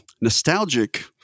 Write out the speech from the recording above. nostalgic